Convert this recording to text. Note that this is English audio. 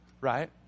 right